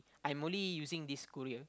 I'm only using this school here